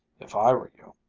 if i were you.